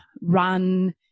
run